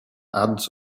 ads